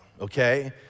Okay